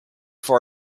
for